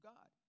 God